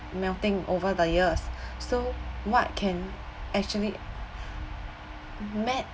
melting over the years so what can actually me~